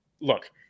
look